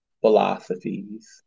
philosophies